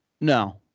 no